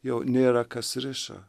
jau nėra kas riša